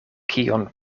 kion